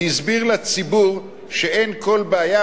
הסביר לציבור שאין כל בעיה,